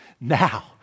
now